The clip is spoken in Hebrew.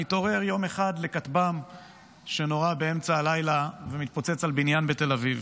מתעורר יום אחד לכטב"ם שנורה באמצע הלילה ומתפוצץ על בניין בתל אביב.